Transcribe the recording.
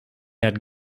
had